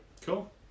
Cool